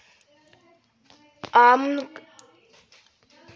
आब गाम देहातमे सेहो लोग सामान्य रूपसँ शेयरक खरीद आ बिकरी करैत छै